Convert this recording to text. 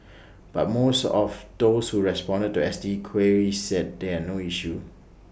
but most of those who responded to S T queries said they had no issue